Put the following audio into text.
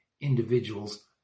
individuals